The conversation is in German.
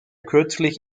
kürzlich